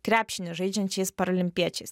krepšinį žaidžiančiais paralimpiečiais